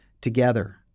together